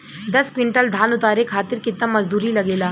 दस क्विंटल धान उतारे खातिर कितना मजदूरी लगे ला?